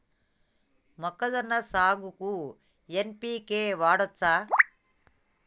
మొక్కజొన్న సాగుకు ఎన్.పి.కే వాడచ్చా?